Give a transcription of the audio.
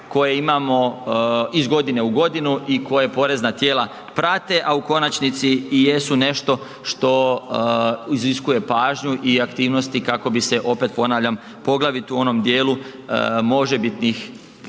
koje imamo iz godine u godinu i koje porezna tijela prate, a u konačnici i jesu nešto što iziskuje pažnju i aktivnosti kako bi se, opet ponavljam, poglavito u onom dijelu možebitnih